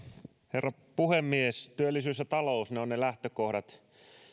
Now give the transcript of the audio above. herra puhemies työllisyys ja talous ne ovat ne lähtökohdat